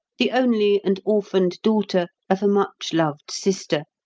the only and orphaned daughter of a much-loved sister,